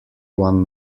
one